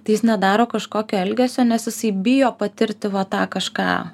tai jis nedaro kažkokio elgesio nes jisai bijo patirti va tą kažką